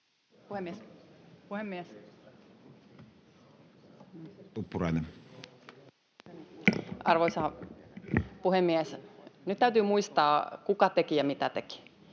Arvoisa puhemies! Nyt täytyy muistaa, kuka teki ja mitä teki.